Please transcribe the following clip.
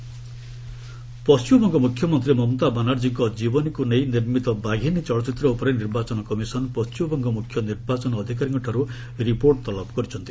EC Mamata Paschimbanga ମୁଖ୍ୟମନ୍ତ୍ରୀ ମମତା ବାନାର୍ଚ୍ଚୀଙ୍କ ଜୀବନୀକୁ ନେଇ ନିର୍ମିତ 'ବାଘିନୀ' ଚଳଚ୍ଚିତ୍ର ଉପରେ ନିର୍ବାଚନ କମିଶନ୍ ପଶ୍ଚିମବଙ୍ଗ ମୁଖ୍ୟ ନିର୍ବାଚନ ଅଧିକାରୀଙ୍କଠାରୁ ରିପୋର୍ଟ ତଲବ କରିଛନ୍ତି